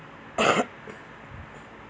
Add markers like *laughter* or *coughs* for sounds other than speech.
*coughs*